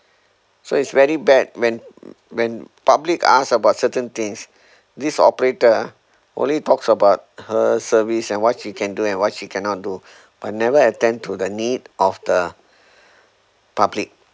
so it's very bad when when public ask about certain things this operator only talks about her service and what she can do and what she cannot do but never attend to the need of the public